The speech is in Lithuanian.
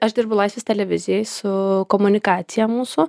aš dirbu laisvės televizijoj su komunikacija mūsų